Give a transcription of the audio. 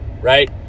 Right